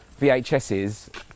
VHSs